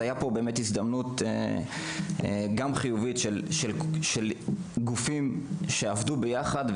הייתה פה הזדמנות חיובית של גופים שעבדו ביחד.